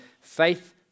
faith